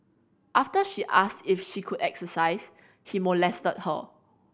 after she asked if she could exercise he molested her